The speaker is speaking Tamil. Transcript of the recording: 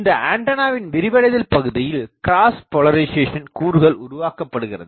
இந்த ஆண்டனாவின் விரிவடைதல் பகுதியில் கிராஸ் போலரிசேசன் கூறுகள் உருவாக்கப்படுகிறது